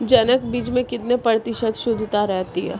जनक बीज में कितने प्रतिशत शुद्धता रहती है?